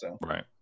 right